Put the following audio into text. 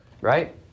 right